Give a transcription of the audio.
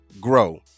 grow